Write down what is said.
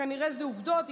כנראה זה "העובדות",